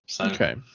Okay